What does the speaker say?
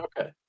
Okay